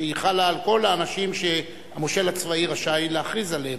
שחלה על כל האנשים שהמושל הצבאי רשאי להכריז עליהם,